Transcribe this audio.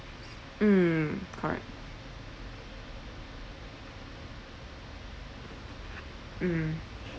mm correct mm